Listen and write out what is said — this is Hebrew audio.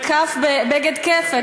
כ"ף בבג"ד כפ"ת,